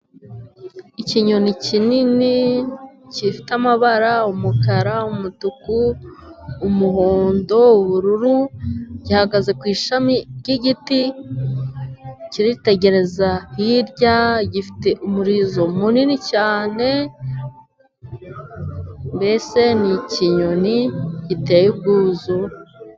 Ikinyoni kinini kifite amabara, umukara, umutuku, umuhondo, ubururu, gihagaze ku ishami ry'igiti kiritegereza hirya, gifite umurizo munini cyane, mbese ni ikinyoni giteye ubwuzu.